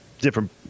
different